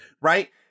right